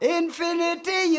infinity